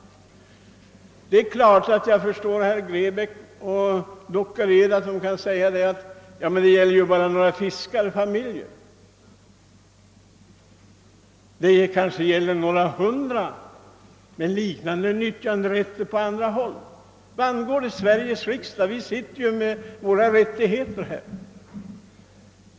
Nu kanske herr Grebäck och herr Dockered genmäler att det här bara gäller några fiskarfamiljer, men det kanske finns några hundra människor på andra håll som har en liknande nyttjanderätt. Vad angår det Sveriges riksdag? frågar man kanske. Vi sitter ju här med de rättigheter vi har.